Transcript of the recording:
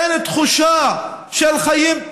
אין תחושה של חיים תקינים.